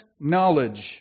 knowledge